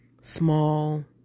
small